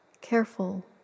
careful